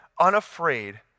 unafraid